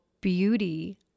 beauty